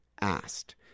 asked